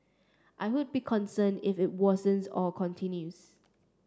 I would be concerned if it worsens or continues